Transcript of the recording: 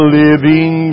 living